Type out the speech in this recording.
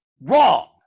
Wrong